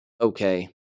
Okay